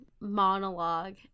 monologue